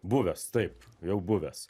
buvęs taip jau buvęs